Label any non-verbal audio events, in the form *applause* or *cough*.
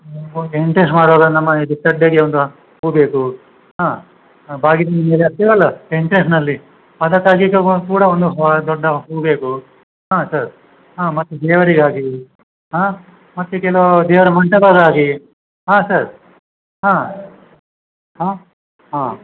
*unintelligible* entrance ಮಾಡುವಾಗ ನಮ್ಮ *unintelligible* ಒಂದು ಹೂವು ಬೇಕು ಹಾಂ ಹಾಂ ಬಾಗಿಲು *unintelligible* ಹಾಕ್ತೀವಲ್ಲ ಎಂಟ್ರೆನ್ಸ್ನಲ್ಲಿ ಅದಕ್ಕಾಗಿ ಈಗ ಪೂರ ಒಂದು ದೊಡ್ಡ ಹೂವು ಬೇಕು ಹಾಂ ಸರ್ ಹಾಂ ಮತ್ತು ದೇವರಿಗಾಗಿ ಹಾಂ ಮತ್ತು ಕೆಲವು ದೇವರ ಮಂಟಪಕ್ಕಾಗಿ ಹಾಂ ಸರ್ ಹಾಂ ಹಾಂ ಹಾಂ